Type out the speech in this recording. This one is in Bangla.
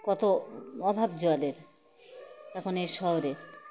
কত অভাব জলের এখন এই শহরে